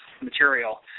material